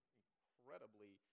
incredibly